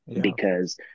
because-